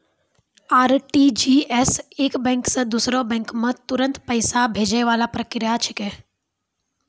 RTGS एक bank से दूसरो बैंक मे तुरंत पैसा भैजै वाला प्रक्रिया छिकै